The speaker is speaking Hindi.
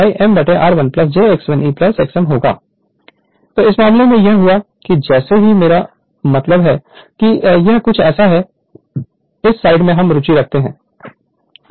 Refer Slide Time 1511 तो इस मामले में यह हुआ कि जैसे ही मेरा मतलब है कि यह कुछ ऐसा है इस साइड में हम रुचि रखते हैं